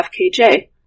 FKJ